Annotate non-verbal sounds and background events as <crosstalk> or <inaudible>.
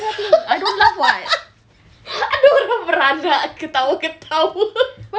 <laughs> ada orang beranak ketawa-ketawa